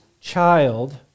child